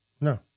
No